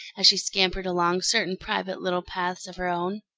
as she scampered along certain private little paths of her own.